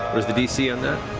is the dc on that?